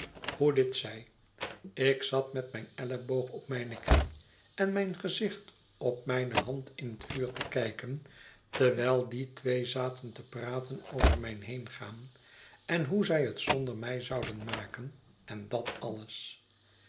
hoe dit zij ik zat met mijn elleboog op mijne knie en mijn gezicht op mijne hand in het vuur te kijken terwijl die twee zaten te praten over mijn heengaan en hoe zij het zonder mij zouden maken en dat alles